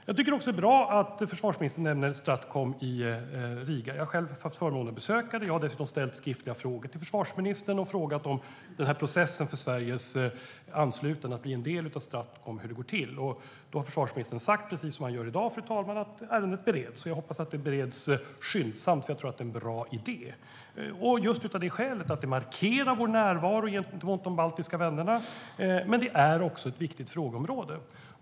Jag tycker att det är bra att försvarsministern nämner Stratcom i Riga. Jag har haft förmånen att besöka det. Jag har dessutom ställt skriftliga frågor till försvarsministern om processen för att Sverige ska bli en del av Stratcom, hur det går till. Då har försvarsministern sagt, precis som han gör i dag, fru talman, att ärendet bereds. Jag hoppas att det bereds skyndsamt, för jag tror att det är en bra idé. Det markerar vår närvaro gentemot de baltiska vännerna, men det är också ett viktigt frågeområde.